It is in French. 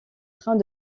trains